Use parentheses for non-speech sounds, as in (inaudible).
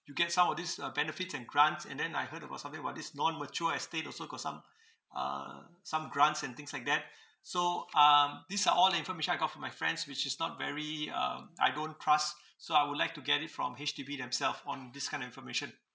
you get some of these uh benefits and grants and then I heard about something about this non mature estate also got some (breath) uh some grants and things like that (breath) so um these are all the information I got from my friends which is not very um I don't trust so I would like to get it from H_D_B themself on this kind of information